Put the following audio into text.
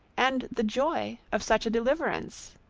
and the joy of such a deliverance.